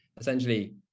essentially